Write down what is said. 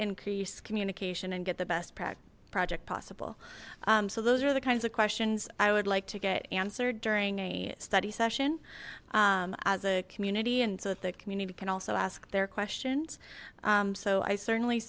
increase communication and get the best project possible so those are the kinds of questions i would like to get answered during a study session as a community and so that the community can also ask their questions so i certainly